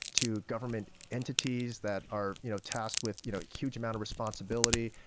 to government entities that are you know tasked with you know huge amount of responsibility,